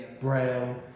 Braille